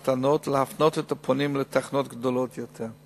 קטנות ולהפנות את הפונים לתחנות גדולות יותר,